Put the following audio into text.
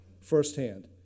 firsthand